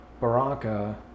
Baraka